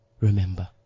remember